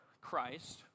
Christ